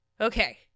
Okay